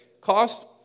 cost